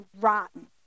rotten